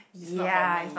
it's not for me